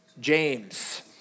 James